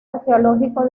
arqueológico